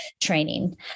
training